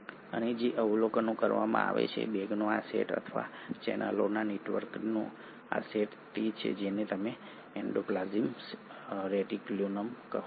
અને જે અવલોકન કરવામાં આવે છે બેગનો આ સેટ અથવા ચેનલોના નેટવર્કનો આ સેટ તે છે જેને તમે એન્ડોપ્લાસ્મિક રેટિક્યુલમ કહો છો